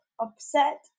upset